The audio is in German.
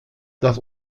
das